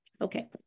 Okay